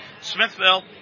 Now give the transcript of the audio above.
Smithville